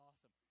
awesome